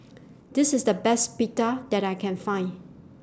This IS The Best Pita that I Can Find